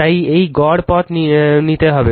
তাই এই গড় পথ নিতে হবে